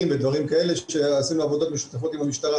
ודברים כאלה שעשינו עבודות משותפות עם המשטרה.